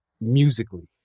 musically